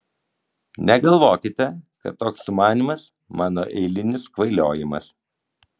negalvokite kad toks sumanymas mano eilinis kvailiojimas